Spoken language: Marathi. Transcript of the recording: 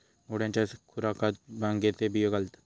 घोड्यांच्या खुराकात भांगेचे बियो घालतत